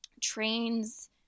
trains